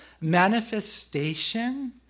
manifestation